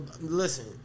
listen